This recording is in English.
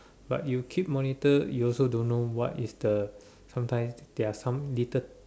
but you keep monitor you also don't know what is the sometimes their some dated